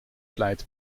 vlijt